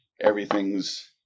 Everything's